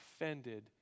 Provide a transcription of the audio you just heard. offended